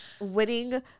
winning